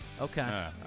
Okay